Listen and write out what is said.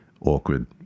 awkward